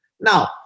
Now